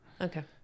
okay